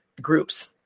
groups